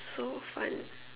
so fun